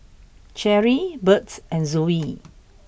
Cherrie Birt and Zoey